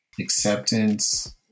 acceptance